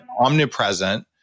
omnipresent